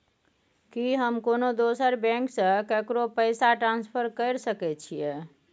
की हम कोनो दोसर बैंक से केकरो पैसा ट्रांसफर कैर सकय छियै?